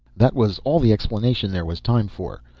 that was all the explanation there was time for.